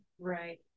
Right